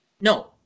No